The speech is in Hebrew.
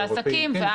אנשי עסקים.